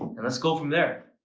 and let's go from there.